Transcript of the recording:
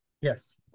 yes